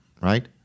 Right